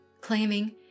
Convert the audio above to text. claiming